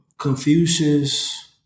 Confucius